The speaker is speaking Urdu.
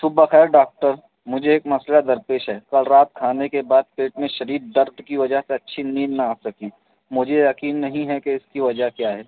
صبح بخیر ڈاکٹر مجھے ایک مسئلہ درپیش ہے کل رات کھانے کے بعد پیٹ میں شدید درد کی وجہ سے اچھی نیند نہ آ سکی مجھے یقین نہیں ہے کہ اس کی وجہ کیا ہے